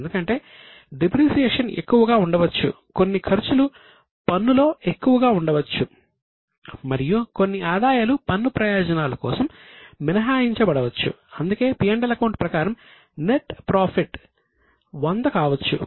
ఎందుకంటే డిప్రిసియేషన్ 100 కావచ్చు కాని పన్ను పరిధిలోకి వచ్చే ఆదాయం 10 మాత్రమే కావచ్చు